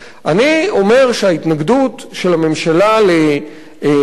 אני אומר שההתנגדות של הממשלה להוראה